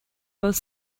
both